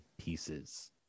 pieces